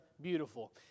beautiful